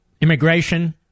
Immigration